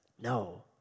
no